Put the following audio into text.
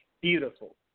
Beautiful